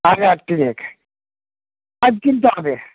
হাজার তিনেক পাইপ কিনতে হবে